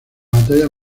batalla